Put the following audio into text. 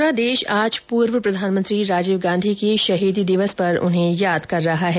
पूरा देश आज पूर्व प्रधानमंत्री राजीव गांधी के शहीदी दिवस पर उन्हें याद कर रहा है